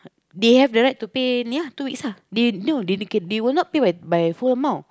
they have the right to pay ya two weeks ah no they can they will not pay by full amount